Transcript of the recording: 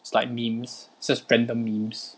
it's like memes search random memes